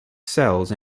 cells